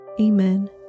Amen